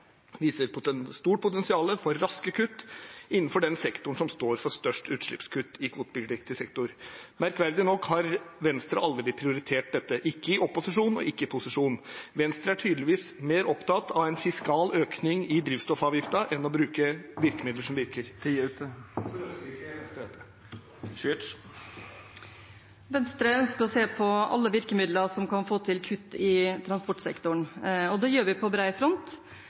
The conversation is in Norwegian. viser stort potensial for raske kutt innenfor den sektoren som står for størst utslipp i kvotepliktig sektor. Merkverdig nok har Venstre aldri prioritert dette, ikke i opposisjon og ikke i posisjon. Venstre er tydeligvis mer opptatt av en fiskal økning i drivstoffavgiften enn å bruke virkemidler som virker. Hvorfor ønsker ikke Venstre dette? Venstre ønsker å se på alle virkemidler som kan få til kutt i transportsektoren og det gjør vi på bred front.